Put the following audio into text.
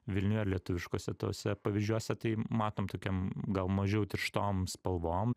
vilniuje ar lietuviškose tuose pavyzdžiuose matom tokiom gal mažiau tirštom spalvom